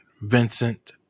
Vincent